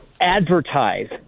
advertise